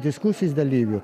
diskusijos dalyvių